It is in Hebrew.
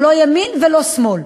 לא ימין ולא שמאל.